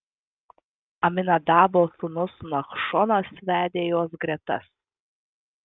aminadabo sūnus nachšonas vedė jos gretas